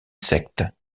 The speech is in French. secte